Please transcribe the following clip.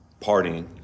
partying